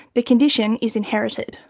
the condition is inherited.